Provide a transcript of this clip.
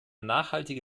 nachhaltige